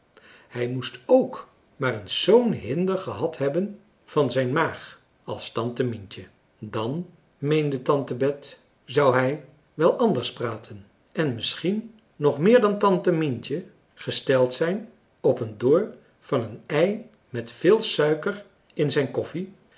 hij moest k maar eens zoo'n hinder gehad hebben van zijn maag als tante mientje dan meende tante françois haverschmidt familie en kennissen bet zou hij wel anders praten en misschien nog meer dan tante mientje gesteld zijn op een door van een ei met veel suiker in zijn koffie